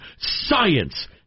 science